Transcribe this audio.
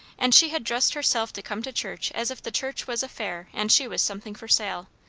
and she had dressed herself to come to church as if the church was a fair and she was something for sale.